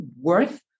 worth